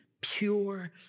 pure